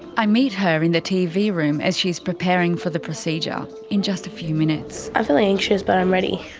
i meet her in the tv room as she's preparing for the procedure in just a few minutes. i feel anxious but i'm ready.